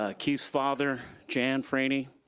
ah keith's father, jan frainie,